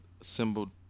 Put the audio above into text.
assembled